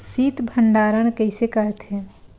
शीत भंडारण कइसे करथे?